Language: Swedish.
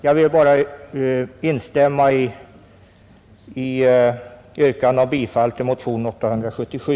Jag vill instämma i yrkandet om bifall till motionen 877.